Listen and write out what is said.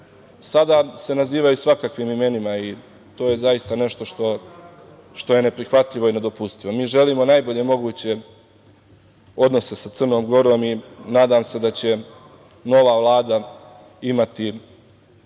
Sada se nazivaju svakakvim imenima i to je zaista nešto što je neprihvatljivo i nedopustivo. Mi želimo najbolje moguće odnose sa Crnom Gorom i nadam se da će nova Vlada imati